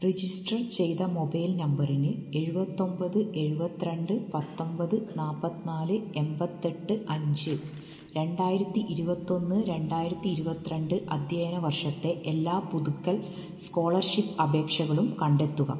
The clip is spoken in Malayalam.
രജിസ്റ്റർ ചെയ്ത മൊബൈൽ നമ്പറിന് എഴുപത്തി ഒൻപത് എഴുപത്തി രണ്ട് പത്തൊൻപത് നാല്പത്തി നാല് എൺപത്തി എട്ട് അഞ്ച് രണ്ടായിരത്തി ഇരുപത്തി ഒന്ന് രണ്ടായിരത്തി ഇരുപത്തി രണ്ട് അധ്യയന വർഷത്തെ എല്ലാ പുതുക്കൽ സ്കോളർഷിപ്പ് അപേക്ഷകളും കണ്ടെത്തുക